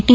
T